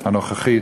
הנוכחית.